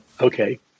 Okay